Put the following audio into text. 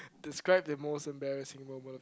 describe the most embarrassing moment